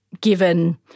given